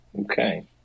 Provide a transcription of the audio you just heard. Okay